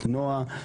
את נועה,